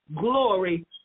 Glory